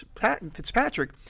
Fitzpatrick